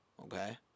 okay